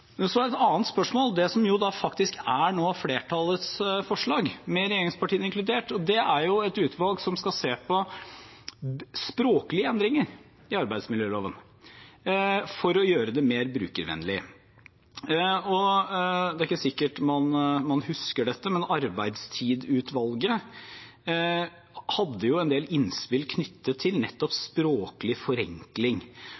Så er et annet spørsmål det som faktisk er noe av flertallets forslag, med regjeringspartiene inkludert, og det er et utvalg som skal se på språklige endringer i arbeidsmiljøloven for å gjøre den mer brukervennlig. Det er ikke sikkert man husker dette, men arbeidstidsutvalget hadde en del innspill knyttet til